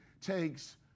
takes